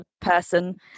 person